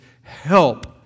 help